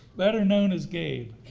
better known as gabe.